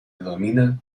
denomina